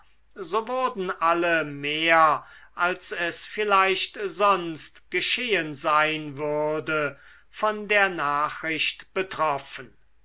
so wurden alle mehr als es vielleicht sonst geschehen sein würde von der nachricht betroffen